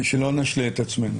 שלא נשלה את עצמנו,